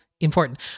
important